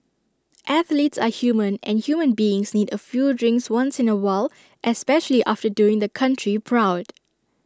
athletes are human and human beings need A few drinks once in A while especially after doing the country proud